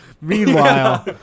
Meanwhile